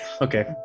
Okay